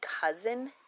cousin